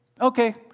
Okay